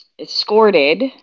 escorted